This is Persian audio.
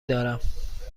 دارم